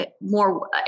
more